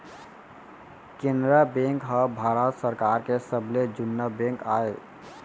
Canara bank ह भारत सरकार के सबले जुन्ना बेंक आय